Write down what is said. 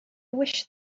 wish